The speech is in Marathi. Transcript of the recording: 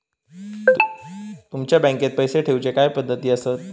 तुमच्या बँकेत पैसे ठेऊचे काय पद्धती आसत?